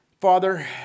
Father